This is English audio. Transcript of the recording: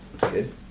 Good